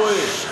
הוא טועה.